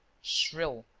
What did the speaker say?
shrill,